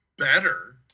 Better